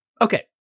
Okay